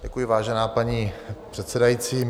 Děkuji, vážená paní předsedající.